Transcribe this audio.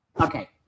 Okay